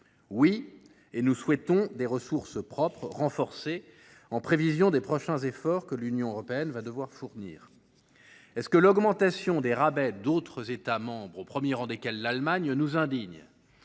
Oui, et nous souhaitons des ressources propres renforcées en prévision des prochains efforts que l’Union européenne devra fournir. Est ce que l’augmentation des rabais d’autres États membres, au premier rang desquels l’Allemagne, nous indigne ?